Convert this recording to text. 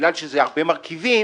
בגלל שזה הרבה מרכיבים,